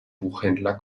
buchhändler